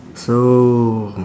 so